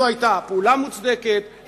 זו היתה פעולה מוצדקת,